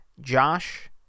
Josh